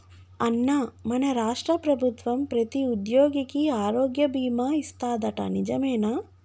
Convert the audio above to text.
అన్నా మన రాష్ట్ర ప్రభుత్వం ప్రతి ఉద్యోగికి ఆరోగ్య బీమా ఇస్తాదట నిజమేనా